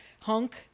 hunk